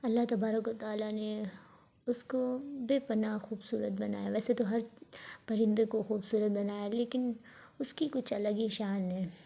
اللہ تبارک و تعالیٰ نے اس كو بے پناہ خوبصورت بنایا ہے ویسے تو ہر پرندے کو خوبصورت بنایا ہے لیکن اس کی کچھ الگ ہی شان ہے